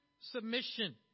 submission